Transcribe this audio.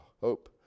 hope